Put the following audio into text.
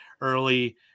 early